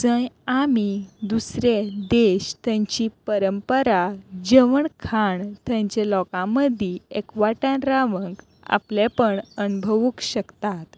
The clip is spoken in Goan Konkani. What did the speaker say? जंय आमी दुसरे देश थंयची परंपरा जेवण खाण थंयचे लोकां मदीं एकवटान रावंक आपलेंपण अणभवूंक शकतात